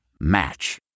Match